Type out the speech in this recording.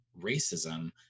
racism